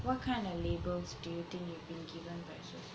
what kind of labels do you think you have been given by society